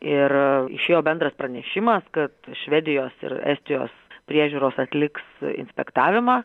ir išėjo bendras pranešimas kad švedijos ir estijos priežiūros atliks inspektavimą